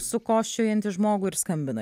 sukosčiojantį žmogų ir skambina